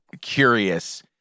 curious